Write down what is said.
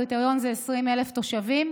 הקריטריון זה 20,000 תושבים.